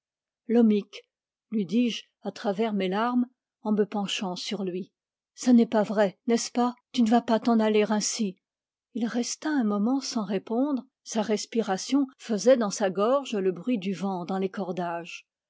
lommic lui dis-je à travers mes lannes en me penchant sur lui ça n'est pas vrai n'est-ce pas tu ne vas pas t'en aller ainsi il resta un moment sans répondre sa respiration faisait dans sa gorge le bruit du vent dans les cordages